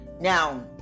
Now